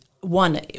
one